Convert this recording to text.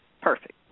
Perfect